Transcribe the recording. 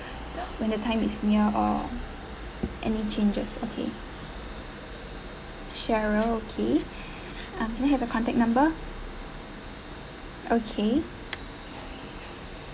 when the time is near or any changes okay cheryl okay um can I have your contact number okay